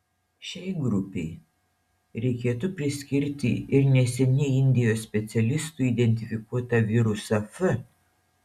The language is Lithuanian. šiai grupei reikėtų priskirti ir neseniai indijos specialistų identifikuotą virusą f